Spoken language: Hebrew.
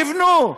יבנו.